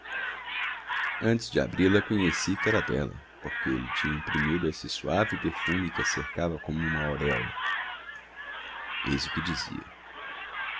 antes de abri-la conheci que era dela porque lhe tinha imprimido esse suave perfume que a cercava como uma auréola eis o que dizia